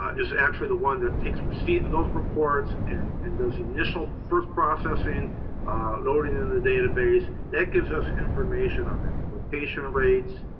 ah is actually the one that takes receipt of those reports and and does initial first processing loading in the database that gives us information on exportation rates,